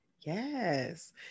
Yes